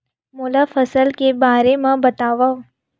मोला फसल के बारे म बतावव?